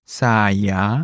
saya